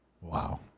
Wow